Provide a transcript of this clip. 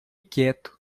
quieto